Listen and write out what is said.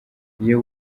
iyo